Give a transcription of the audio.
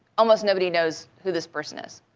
almost nobody knows who this person is.